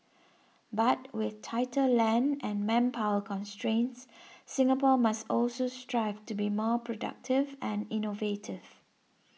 but with tighter land and manpower constraints Singapore must also strive to be more productive and innovative